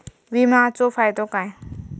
विमाचो फायदो काय?